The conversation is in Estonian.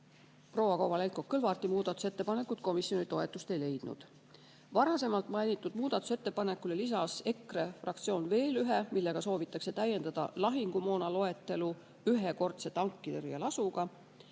Proua Kovalenko-Kõlvarti muudatusettepanekud komisjoni toetust ei leidnud. Varasemalt mainitud muudatusettepanekule lisas EKRE fraktsioon veel ühe, millega soovitakse täiendada lahingumoona loetelu ühekordse tankitõrjelasuga.